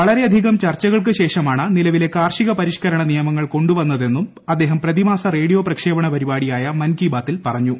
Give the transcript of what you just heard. വളരെയധികം ചർച്ച കൾക്ക് ശേഷമാണ് നിലവിലെ കാർഷിക പരിഷ്കരണ നിയമങ്ങൾ കൊണ്ടുവന്നതെന്നും അദ്ദേഹം പ്രതിമാസ റേഡിയോ പരിപാടിയായ മൻ കി ബാത്തിൽ പറഞ്ഞു